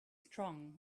strong